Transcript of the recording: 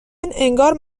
انگار